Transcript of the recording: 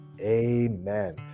Amen